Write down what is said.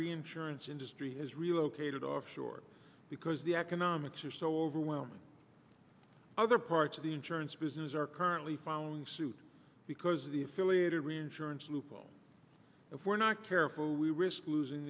reinsurance industry has relocated offshore because the economics are so overwhelming other parts of the insurance business are currently filing suit because of the affiliated reinsurance loophole and we're not careful we risk losing